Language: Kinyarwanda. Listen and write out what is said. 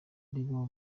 nibo